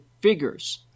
figures